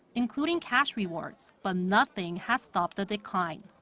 including cash rewards, but nothing has stopped the decline.